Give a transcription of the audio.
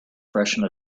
freshen